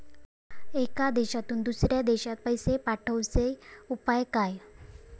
एका देशातून दुसऱ्या देशात पैसे पाठवचे उपाय काय?